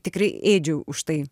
tikrai ėdžiau už tai